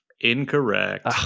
Incorrect